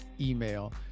email